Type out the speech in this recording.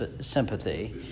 sympathy